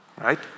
right